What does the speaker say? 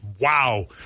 wow